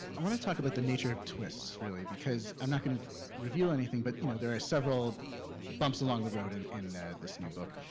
i wanna talk about the nature of twists, really, cause. i'm not gonna reveal anything, but you know there are several bumps along the road and in this new book.